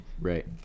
Right